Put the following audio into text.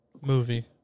Movie